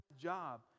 job